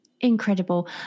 incredible